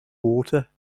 water